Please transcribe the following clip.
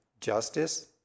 justice